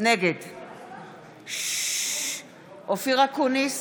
נגד אופיר אקוניס,